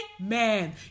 Amen